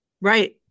Right